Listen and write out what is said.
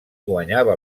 guanyava